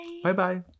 Bye-bye